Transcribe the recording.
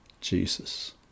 Jesus